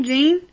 Jean